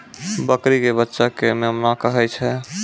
बकरी के बच्चा कॅ मेमना कहै छै